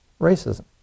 racism